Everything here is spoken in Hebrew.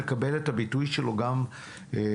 לקבל את הביטוי שלו גם בישראל.